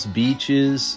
beaches